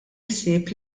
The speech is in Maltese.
ħsieb